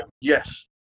Yes